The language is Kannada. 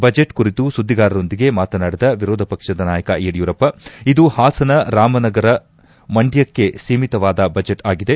ಬಜೆಟ್ ಕುರಿತು ಸುದ್ದಿಗಾರರೊಂದಿಗೆ ಮಾತನಾಡಿದ ವಿರೋಧ ಪಕ್ಷದ ನಾಯಕ ಯಡಿಯೂರಪ್ಪ ಇದು ಹಾಸನ ರಾಮನಗರ ಮಂಡ್ಚಕ್ಕೆ ಸೀಮಿತವಾದ ಬಜೆಟ್ ಆಗಿದೆ